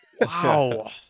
Wow